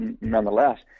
nonetheless